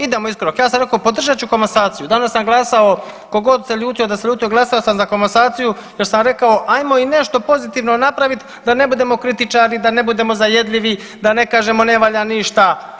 Idemo i korak, ja sam rekao podržat ću komasaciju, danas sam glasao kogod se ljutio da se ljutio glasao sam za komasaciju jer sam rekao ajmo i nešto pozitivno napravit da ne budemo kritičari, da ne budemo zajedljivi, da ne kažemo ne valja ništa.